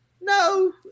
No